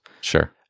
sure